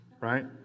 right